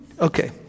Okay